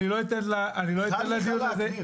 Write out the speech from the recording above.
חד וחלק, ניר.